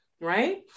right